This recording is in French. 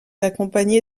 accompagné